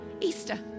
Easter